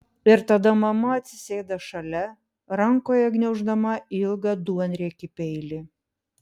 ir tada mama atsisėda šalia rankoje gniauždama ilgą duonriekį peilį